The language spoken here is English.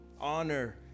Honor